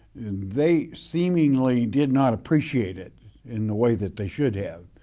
they seemingly did not appreciate it in the way that they should have.